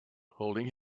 holding